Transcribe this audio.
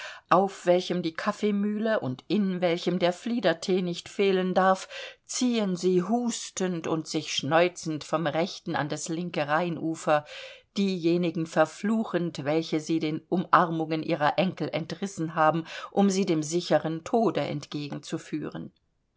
auf welchem die kaffeemühle und in welchem der fliederthee nicht fehlen darf ziehen sie hustend und sich schneuzend vom rechten an das linke rheinufer diejenigen verfluchend welche sie den umarmungen ihrer enkel entrissen haben um sie dem sicheren tode